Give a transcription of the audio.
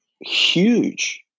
huge